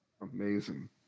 Amazing